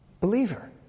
Believer